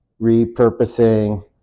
repurposing